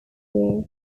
year